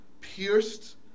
pierced